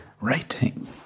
Writing